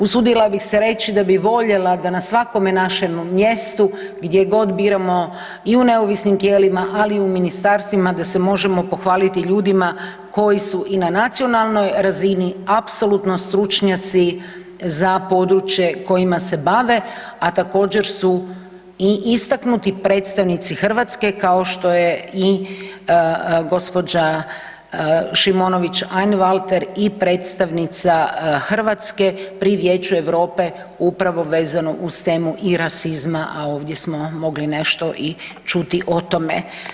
Usudila bih se reći da bih voljela da na svakome našem mjestu, gdje god biramo i u neovisnim tijelima, ali i u ministarstvima da se možemo pohvaliti ljudima koji su i na nacionalnoj razini apsolutno stručnjaci za područje kojima se bave, a također su i istaknuti predstavnici Hrvatske kao što je i gospođa Šimonović Einwalter i predstavnica Hrvatske pri Vijeću Europe upravo vezano uz temu i rasizma, a ovdje smo mogli nešto i čuti o tome.